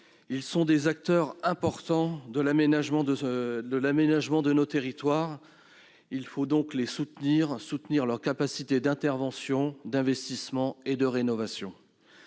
Ils sont des acteurs importants de l'aménagement de nos territoires. Il faut donc soutenir leur capacité d'intervention, d'investissement et de rénovation.